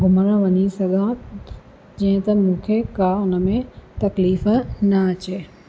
घुमणु वञी सघां जीअं त मूंखे का उन में तकलीफ़ु न अचे